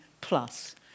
plus